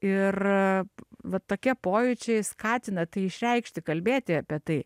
ir va tokie pojūčiai skatina tai išreikšti kalbėti apie tai